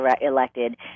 elected